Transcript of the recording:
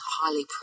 highly